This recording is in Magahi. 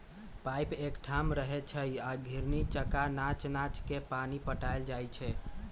पाइप एकठाम रहै छइ आ घिरणी जका नच नच के पानी पटायल जाइ छै